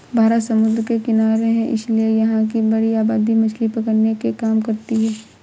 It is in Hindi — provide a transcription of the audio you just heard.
भारत समुद्र के किनारे है इसीलिए यहां की बड़ी आबादी मछली पकड़ने के काम करती है